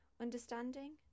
Understanding